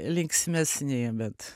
linksmesni bet